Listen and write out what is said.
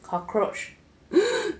cockroach